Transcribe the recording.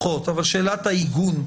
שאלת העיגון.